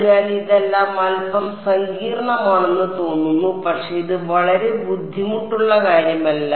അതിനാൽ ഇതെല്ലാം അൽപ്പം സങ്കീർണ്ണമാണെന്ന് തോന്നുന്നു പക്ഷേ ഇത് വളരെ ബുദ്ധിമുട്ടുള്ള കാര്യമല്ല